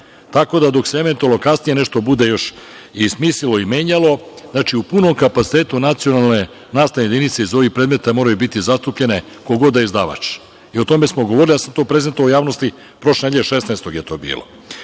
Tako da, dok se eventualno kasnije nešto bude još i smislilo i menjalo, u punom kapacitetu nacionalne nastavne jedinice iz ovih predmeta moraju biti zastupljene ko god da je izdavač. O tome smo govorili, ja sam to prezentovao javnosti prošle nedelje, 16.